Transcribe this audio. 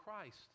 Christ